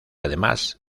además